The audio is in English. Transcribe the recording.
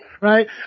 Right